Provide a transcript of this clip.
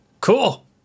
Cool